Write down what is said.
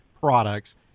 products